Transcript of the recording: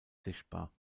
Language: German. sichtbar